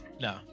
no